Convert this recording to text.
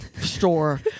store